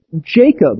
Jacob